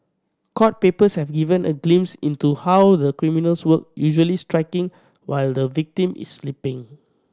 court papers have given a glimpse into how the criminals work usually striking while the victim is sleeping